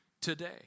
today